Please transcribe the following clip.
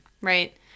Right